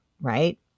right